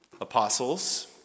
apostles